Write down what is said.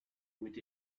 with